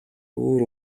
өөр